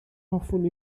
hoffwn